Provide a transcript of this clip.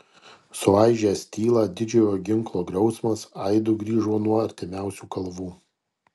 suaižęs tylą didžiojo ginklo griausmas aidu grįžo nuo artimiausių kalvų